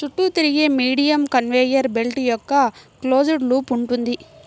చుట్టూ తిరిగే medium conveyor belt యొక్క క్లోజ్డ్ లూప్ ఉంటుంది